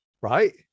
Right